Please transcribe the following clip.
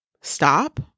Stop